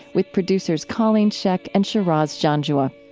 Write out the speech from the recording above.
with producers colleen scheck and shiraz janjua.